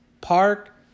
park